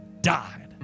died